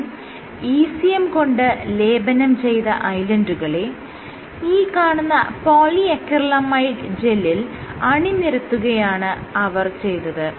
ശേഷം ECM കൊണ്ട് ലേപനം ചെയ്ത ഐലൻഡുകളെ ഈ കാണുന്ന പോളിഅക്രിലമൈഡ് ജെല്ലിൽ അണിനിരത്തുകയാണ് അവർ ചെയ്തത്